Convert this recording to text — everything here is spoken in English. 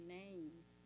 names